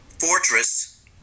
Fortress